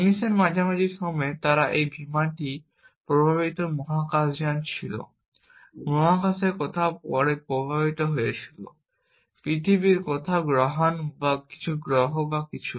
19 এর মাঝামাঝি সময়ে তারা এই বিমানটি প্রবাহিত মহাকাশযান ছিল মহাকাশে কোথাও প্রবাহিত হয়েছিল পৃথিবীর কোথাও গ্রহাণু বা কিছু গ্রহ বা কিছু